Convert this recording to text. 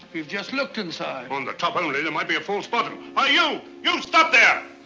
we've just looked inside. on the top only. there might be a false bottom. hey you, you stop there.